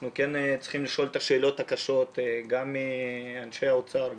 אנחנו צריכים לשאול את השאלות הקשות גם את אנשי האוצר,